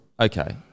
okay –